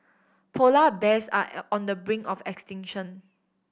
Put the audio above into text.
polar bears are on the brink of extinction